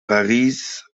paris